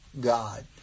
God